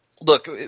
Look